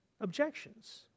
objections